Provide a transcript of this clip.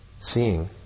seeing